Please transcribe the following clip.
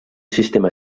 sistema